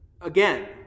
again